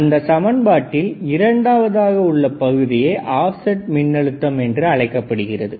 அந்த சமன்பாட்டில் இரண்டாவதாகக் உள்ள பகுதியே ஆப்செட் மின்னழுத்தம் என்று அழைக்கப்படுகிறது